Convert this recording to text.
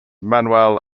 manuel